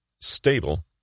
stable